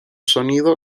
sonido